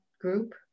group